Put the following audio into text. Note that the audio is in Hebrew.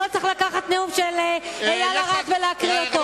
לא צריך לקחת נאום של איל ארד ולהקריא אותו.